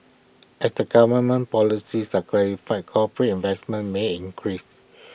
as the government policies are clarified corporate investment may increase